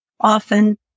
often